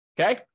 Okay